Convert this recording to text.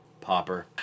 Popper